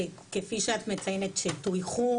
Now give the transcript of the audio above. כפי שאת מציינת שטויחו,